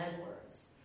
Edwards